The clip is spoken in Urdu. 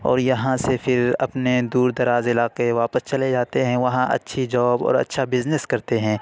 اور یہاں سے پھر اپنے دور دراز علاقے واپس چلے جاتے ہیں وہاں اچھی جاب اور اچھا بزنس کرتے ہیں